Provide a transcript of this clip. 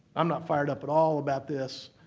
i'm not fired up at all about this,